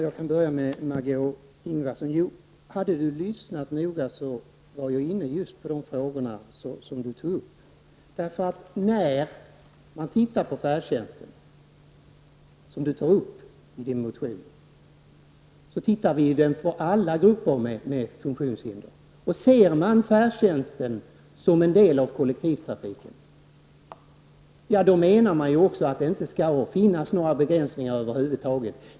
Herr talman! Hade Margó Ingvardsson lyssnat noga skulle hon hört att jag var inne på just de frågorna som hon tog upp. När det gäller färdtjänsten, som Margó Ingvardsson tog upp i sin motion, ser man till hur den fungerar för alla grupper med funktionshinder. Ser man färdtjänsten som en del av kollektivtrafiken menar man också att det inte skall finnas några begränsningar över huvud taget.